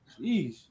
jeez